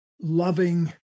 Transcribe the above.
loving